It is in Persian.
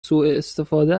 سوءاستفاده